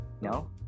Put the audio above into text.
No